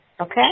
Okay